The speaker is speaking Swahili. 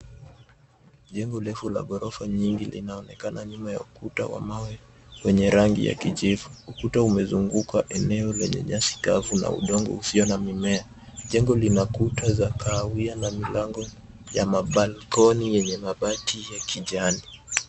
Jengo refu la ghorofa nyingi inaonekana nyuma ya ukuta wa mawe wenye rangi ya kijivu. Ukuta umezunguka eneo lenye nyasi kavu na udongo usio na mimea. Jengo lina kuta za kahawia na milango ya mabalkoni yenye mabati ya kijani.